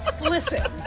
Listen